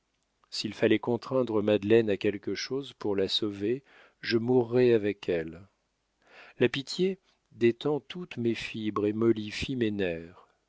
s'il fallait contraindre madeleine à quelque chose pour la sauver je mourrais avec elle la pitié détend toutes mes fibres et mollifie mes nerfs